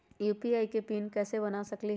UPI के pin कैसे बना सकीले?